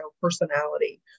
personality